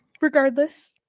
regardless